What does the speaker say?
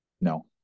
No